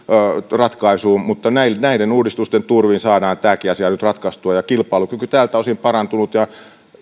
ratkaisuun mutta näiden uudistusten turvin saadaan tämäkin asia nyt ratkaistua kilpailukyky tältä osin on parantunut ja